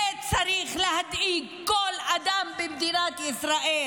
זה צריך להדאיג כל אדם במדינת ישראל